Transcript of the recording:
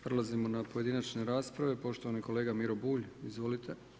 Prelazimo na pojedinačne rasprave, poštovani kolega Miro Bulj, izvolite.